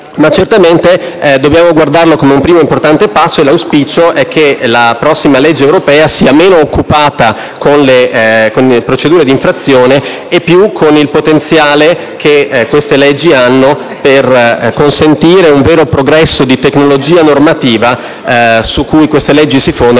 Ma certamente dobbiamo guardarlo come un primo importante passo, e l'auspicio è che la prossima legge europea sia meno occupata con le procedure di infrazione e più con il potenziale che queste leggi hanno, per consentire un vero progresso di tecnologia normativa, su cui queste leggi si fondano,